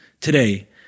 today